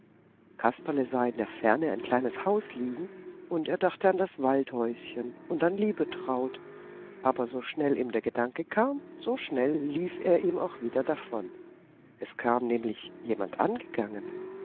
kasperle sah in der ferne ein kleines haus liegen und er dachte an das waldhäuschen und an liebetraut aber so schnell ihm der gedanke kam so schnell lief er ihm auch wieder davon es kam nämlich jemand angegangen